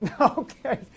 okay